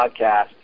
podcast